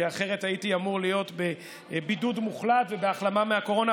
כי אחרת הייתי אמור להיות בבידוד מוחלט ובהחלמה מהקורונה,